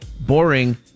boring